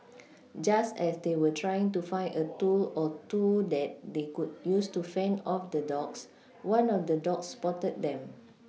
just as they were trying to find a tool or two that they could use to fend off the dogs one of the dogs spotted them